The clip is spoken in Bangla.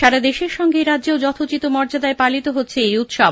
সারা দেশের সঙ্গে এরাজ্যেও যথোচিত মর্যাদায় পালিত হচ্ছে এই উৎসব